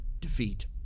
Defeat